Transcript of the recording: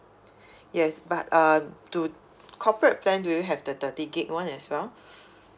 yes but uh do corporate plan do you have the thirty gigabyte [one] as well